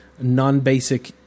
non-basic